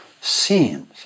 scenes